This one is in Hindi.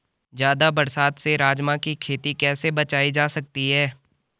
ज़्यादा बरसात से राजमा की खेती कैसी बचायी जा सकती है?